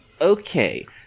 okay